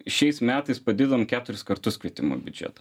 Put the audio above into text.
šiais metais padidinom keturis kartus kvietimo biudžetą